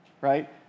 right